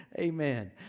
amen